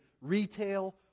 retail